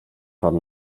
pan